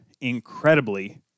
incredibly